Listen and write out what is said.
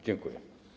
Dziękuję.